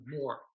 more